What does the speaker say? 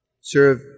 serve